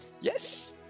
yes